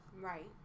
Right